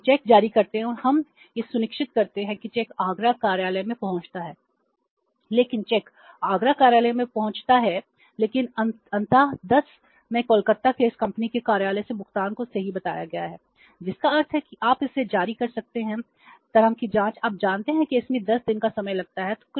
कि हम चेक जारी करते हैं और हम यह सुनिश्चित करते हैं कि चेक आगरा कार्यालय में पहुँचता है लेकिन चेक आगरा कार्यालय में पहुँचता है लेकिन अंततः 10 में कोलकाता के इस कंपनी के कार्यालय से भुगतान को सही बताया गया है जिसका अर्थ है कि आप इसे जारी कर सकते हैं तरह की जाँच आप जानते हैं कि इसमें 10 दिन का समय लगता है